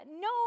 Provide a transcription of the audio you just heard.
no